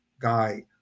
guy